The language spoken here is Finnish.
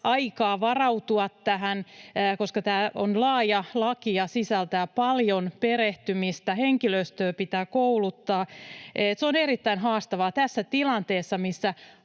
aikaa varautua tähän, koska tämä on laaja laki ja sisältää paljon perehtymistä, henkilöstöä pitää kouluttaa. Se on erittäin haastavaa tässä tilanteessa, missä